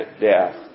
death